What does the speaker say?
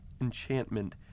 enchantment